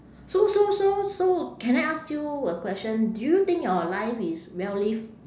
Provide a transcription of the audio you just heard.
so so so so can I ask you a question do you think your life is well lived